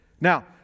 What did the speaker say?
Now